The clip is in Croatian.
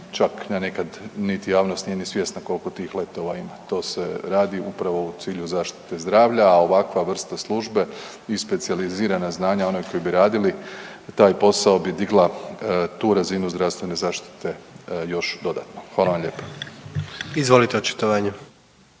čak nekad niti javnost nije ni svjesna koliko tih letova ima, to se radi upravo u cilju zaštite zdravlja, a ovakva vrsta službe i specijalizirana znanja onih koji bi radili taj posao bi digla tu razinu zdravstvene zaštite još dodatno. Hvala vam lijepa. **Jandroković,